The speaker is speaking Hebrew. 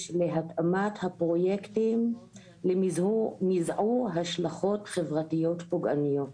להתאמת הפרויקטים למזעור השלכות חברתיות פוגעניות.